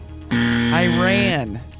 Iran